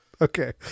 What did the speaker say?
Okay